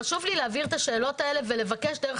חשוב לי להעביר את השאלות האלה ולבקש דרך